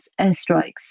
airstrikes